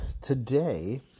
Today